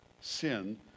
sin